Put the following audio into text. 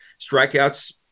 strikeouts